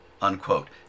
unquote